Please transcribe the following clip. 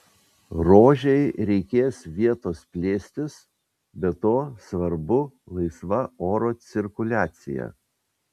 rožei reikės vietos plėstis be to svarbu laisva oro cirkuliacija